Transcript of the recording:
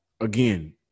again